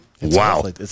Wow